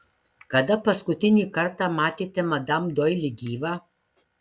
kada paskutinį kartą matėte madam doili gyvą